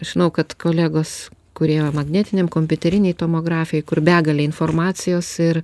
žinau kad kolegos kurie magnetiniam kompiuterinėj tomografijoj kur begalė informacijos ir